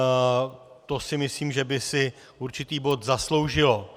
A to si myslím, že by si určitý bod zasloužilo.